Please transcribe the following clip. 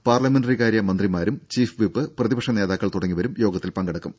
പാർലമെന്ററികാര്യ മന്ത്രിമാരും chief whip പ്രതിപക്ഷ നേതാക്കൾ തുടങ്ങിയവരും യോഗത്തിൽ പങ്കെടുക്കും